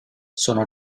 sono